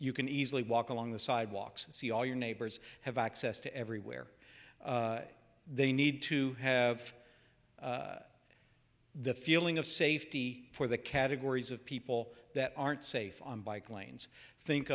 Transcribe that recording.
you can easily walk along the sidewalks and see all your neighbors have access to everywhere they need to have the feeling of safety for the categories of people that aren't safe on bike lanes think